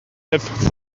have